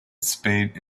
spade